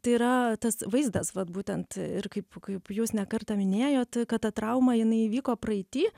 tai yra tas vaizdas vat būtent ir kaip kaip jūs ne kartą minėjot kad ta trauma jinai įvyko praeity